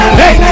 hey